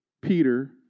Peter